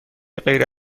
غیر